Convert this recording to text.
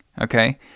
Okay